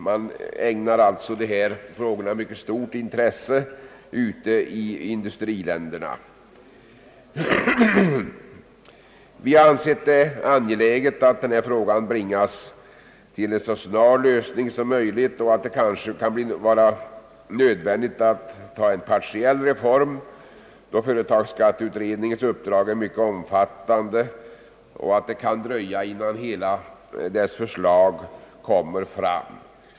Det är tydligt att man ute i industriländerna ägnar dessa frågor ett synnerligen stort intresse. Vi har ansett det angeläget att detta problem bringas till en så snar lösning som möjligt. Det är kanske nödvändigt att ta en partiell reform då företagsskatteutredningens uppdrag är mycket omfattande och det kan dröja ganska länge innan hela dess förslag är klart.